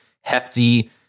hefty